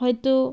হয়তো